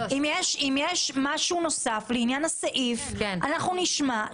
אם יש משהו נוסף לעניין הסעיף, אנחנו נשמע.